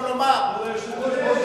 אדוני היושב-ראש,